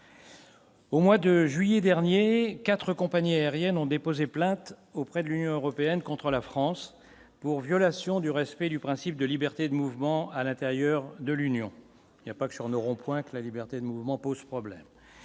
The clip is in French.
Au mois de juillet dernier, 4 compagnies aériennes ont déposé plainte auprès de l'Union européenne contre la France pour violation du respect du principe de liberté de mouvement à l'intérieur de l'Union, il n'y a pas que sur nos ronds-points que la liberté de mouvement pose problème